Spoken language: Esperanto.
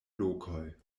lokoj